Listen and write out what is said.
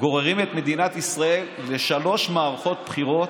גוררים את מדינת ישראל לשלוש מערכות בחירות.